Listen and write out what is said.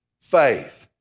faith